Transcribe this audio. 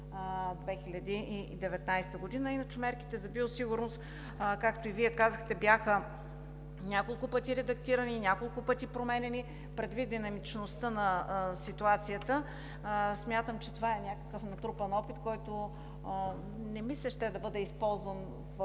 2019 г.? Иначе мерките за биосигурност, както и Вие казахте, бяха редактирани няколко пъти и няколко пъти променяни предвид динамичността на ситуацията. Смятам, че това е някакъв натрупан опит, който не ми се ще да бъде използван в